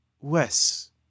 Wes